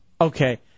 Okay